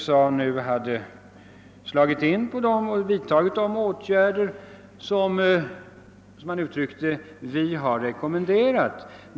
Han sade då att USA nu hade vidtagit de åtgärder »som vi har rekommenderat.